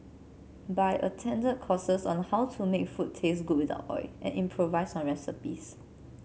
but attended courses on how to make food taste good without oil and improvise on recipes